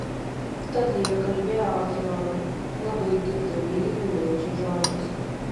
tada jie kalbėjo achiorui labai girdami jį raminančiais žodžiais